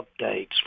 updates